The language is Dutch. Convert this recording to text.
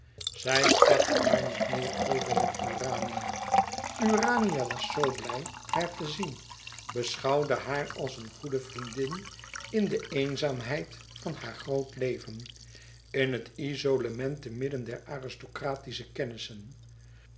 zij sprak er maar niet meer over met urania urania was zoo blij haar te zien beschouwde haar als een goede vriendin in de eenzaamheid van haar groot leven in het izolement te midden der aristocratische kennissen